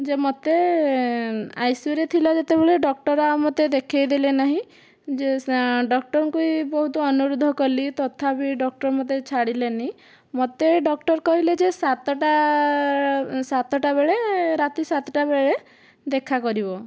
ଯେ ମୋତେ ଆଇସିୟୁରେ ଥିଲା ଯେତେବେଳେ ଡକ୍ଟର ଆଉ ମୋତେ ଦେଖେଇଦେଲେ ନାହିଁ ଯେ ସେ ଡକ୍ଟରଙ୍କୁ ବି ବହୁତ ଅନୁରୋଧ କଲି ତଥାପି ଡକ୍ଟର ମୋତେ ଛାଡ଼ିଲେନି ମୋତେ ଡକ୍ଟର କହିଲେ ଯେ ସାତଟା ସାତଟା ବେଳେ ରାତି ସାତଟା ବେଳେ ଦେଖା କରିବ